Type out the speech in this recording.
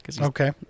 Okay